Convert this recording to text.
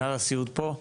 כן, מנהל הסיעוד פה?